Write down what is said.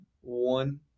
one